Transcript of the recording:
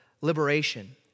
liberation